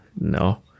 No